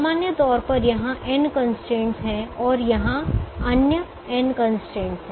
सामान्य तौर पर यहां n कंस्ट्रेंटस हैं और यहां अन्य n कंस्ट्रेंटस हैं